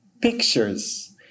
pictures